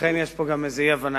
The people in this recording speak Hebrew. לכן יש פה גם איזה אי-הבנה.